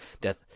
Death